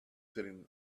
sitting